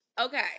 Okay